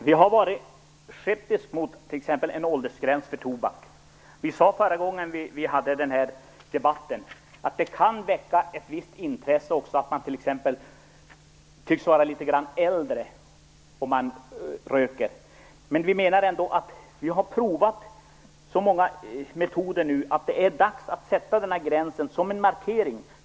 Fru talman! Vi har varit skeptiska mot t.ex. en åldersgräns för tobak. Vi sade förra gången den här debatten fördes att det kan väcka ett visst intresse också att man verkar vara litet äldre om man röker. Men vi menar ändå att vi har provat så många metoder att det nu är dags att sätta den här gränsen som en markering.